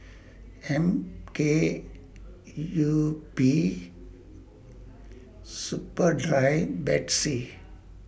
M K U P Superdry Betsy